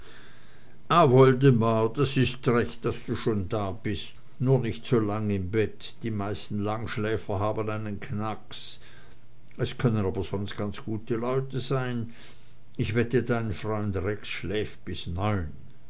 ah woldemar das ist recht daß du schon da bist nur nicht zu lang im bett die meisten langschläfer haben einen knacks es können aber sonst ganz gute leute sein ich wette dein freund rex schläft bis neun